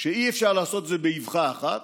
שאי-אפשר לעשות את זה באִבְחה אחת,